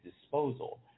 disposal